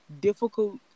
difficult